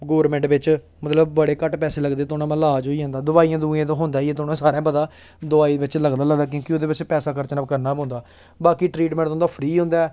government बिच्च मतलब बड़े घट्ट पैसे लगदे थोआढ़ा ईलाज होई जंदा दवाइयां दवुईयां ते होंदा गै ऐ तुसें सारें पता ऐ दवाई बिच्च ते लगदा गै लगदा क्योंकि ओह्दे बिच्च पैसा खर्चना करना गै पौंदा बाकी ट्रीटमैंट तुं'दा फ्री होंदा ऐ